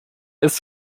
ist